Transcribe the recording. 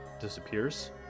disappears